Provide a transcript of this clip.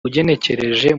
ugenekereje